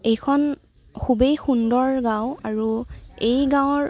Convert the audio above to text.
এইখন খুবেই সুন্দৰ গাঁও আৰু এই গাঁৱৰ